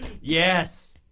Yes